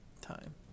Time